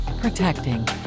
protecting